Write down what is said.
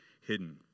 hidden